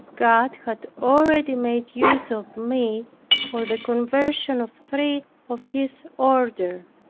god had already made use of me for the conversion of three of his order.